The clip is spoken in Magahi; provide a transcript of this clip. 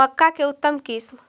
मक्का के उतम किस्म?